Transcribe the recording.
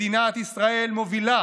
מדינת ישראל מובילה